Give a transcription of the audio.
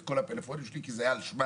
את כל הפלאפונים שלי כי זה היה על שמם.